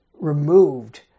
removed